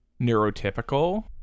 neurotypical